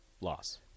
Loss